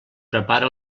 prepara